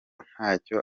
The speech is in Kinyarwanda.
ntacyo